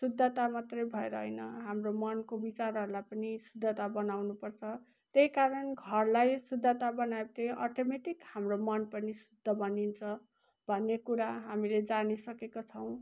शुद्धता मात्रै भएर होइन हाम्रो मनको विचारहरूलाई पनि शुद्धता बनाउनुपर्छ त्यही कारण घरलाई शुद्धता बनाए त्यो अटोमेटिक हाम्रो मन पनि शुद्ध बनिन्छ भन्ने कुरा हामीले जानिसकेको छौँ